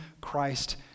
Christ